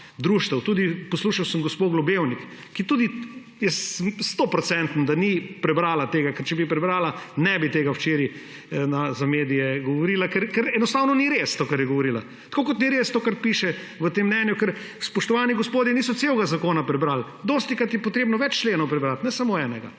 društev, poslušal sem gospo Globevnik, jaz sem stoprocenten, da ni prebrala tega, ker če bi prebrala, ne bi tega včeraj za medije govorila, ker enostavno ni res to, kar je govorila. Tako kot ni res to, kar piše v tem mnenju, ker spoštovani gospodje niso celega zakona prebrali. Dostikrat je treba več členov prebrati, ne samo enega,